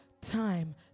time